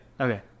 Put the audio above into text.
Okay